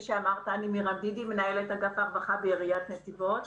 אני מנהלת אגף הרווחה בעיריית נתיבות.